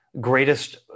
greatest